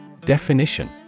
Definition